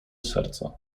serca